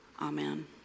Amen